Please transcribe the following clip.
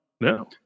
No